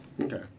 Okay